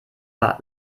war